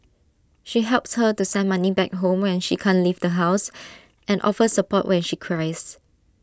she helps her to send money back home when she can't leave the house and offers support when she cries